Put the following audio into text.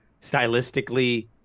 stylistically